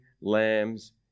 lambs